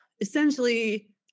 Essentially